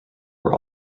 were